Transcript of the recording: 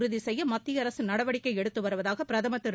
உறுதி செய்ய மத்திய அரசு நடவடிக்கை எடுத்து வருவதாக பிரதமர் திரு